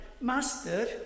Master